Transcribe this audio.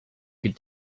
could